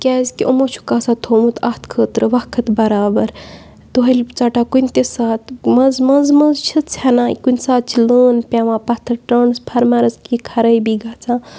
کیازکہِ یِمو چھُکھ آسان تھومُت اَتھ خٲطرٕ وقت بَرابَر تُہلہِ ژَٹان کُنہِ تہِ ساتہٕ منٛز منٛزٕ منٛزٕ منٛزٕ چھِ ژھٮ۪نان یہِ کُنہِ ساتہٕ چھِ لٲن پٮ۪وان پَتھَر ٹرانَسفارمَرَس کیٚنٛہہ خرٲبی گَژھان